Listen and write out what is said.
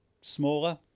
smaller